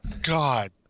god